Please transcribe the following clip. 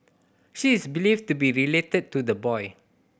she is believed to be related to the boy